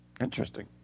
Interesting